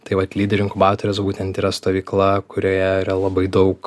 tai vat lyderių inkubatorius būtent yra stovykla kurioje yra labai daug